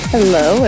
Hello